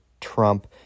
Trump